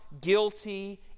guilty